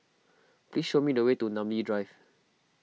please show me the way to Namly Drive